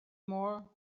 more